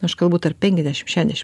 aš kalbu tarp penkiasdešimt šešiasdešimt